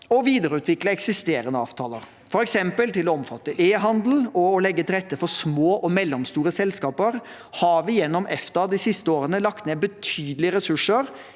og videreutvikle eksisterende avtaler, f.eks. til å omfatte e-handel og å legge til rette for små og mellomstore selskaper, har vi gjennom EFTA de siste årene lagt ned betydelige ressurser